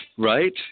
Right